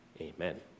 Amen